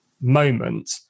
moment